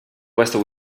questo